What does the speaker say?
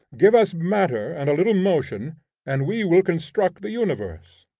give us matter and a little motion and we will construct the universe.